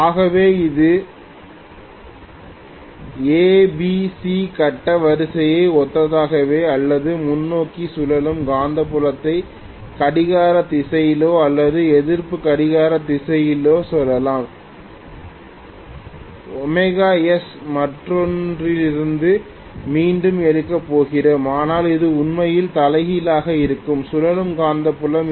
ஆகவே இது ஏபிசி கட்ட வரிசைக்கு ஒத்ததாகவோ அல்லது முன்னோக்கி சுழலும் காந்தப்புலத்தை கடிகார திசையிலோ அல்லது எதிர்ப்பு கடிகார திசையிலோ சொல்லலாம் ωs மற்றொன்றிலிருந்து மீண்டும் எடுக்கப் போகிறோம் ஆனால் இது உண்மையில் தலைகீழாக இருக்கும் சுழலும் காந்தப்புலம்